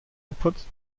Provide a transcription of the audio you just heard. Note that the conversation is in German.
geputzt